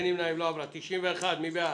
מי בעד?